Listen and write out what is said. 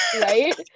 right